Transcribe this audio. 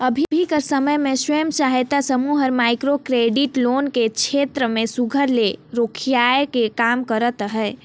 अभीं कर समे में महिला स्व सहायता समूह हर माइक्रो क्रेडिट लोन के छेत्र में सुग्घर ले रोखियाए के काम करत अहे